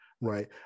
right